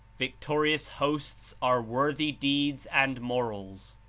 victorious hosts are worthy deeds and morals,